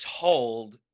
told